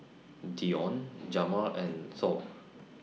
Dionne Jamal and Thor